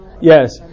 Yes